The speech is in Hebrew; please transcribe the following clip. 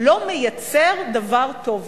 לא מייצר דבר טוב יותר,